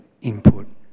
input